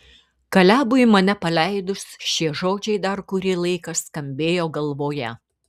kalebui mane paleidus šie žodžiai dar kurį laiką skambėjo galvoje